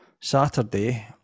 saturday